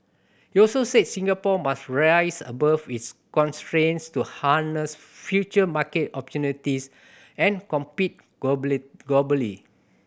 he also said Singapore must rise above its constraints to harness future market opportunities and compete globally globally